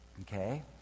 okay